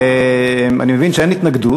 אני מבין שאין התנגדות.